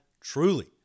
truly